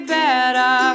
better